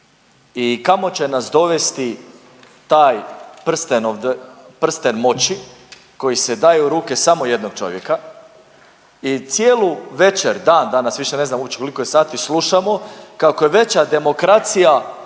i kamo će nas dovesti taj prsten moći koji se daje u ruke samo jednog čovjeka i cijelu večer, dan danas, više ne znam uopće koliko je sati, slušamo kako je veća demokracija